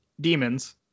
demons